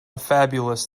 fabulous